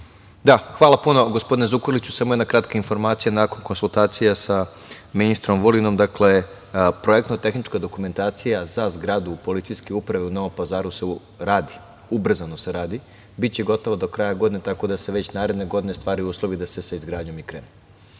Da. Hvala, gospodine Zukorliću. Samo jedna kratka informacija, nakon konsultacija sa ministrom Vulinom. Dakle, projektno-tehnička dokumentacija za zgradu PU u Novom Pazaru se radi, ubrzano se radi. Biće gotova do kraja godine, tako da se već naredne godine stvaraju uslovi da se sa izgradnjom i krene.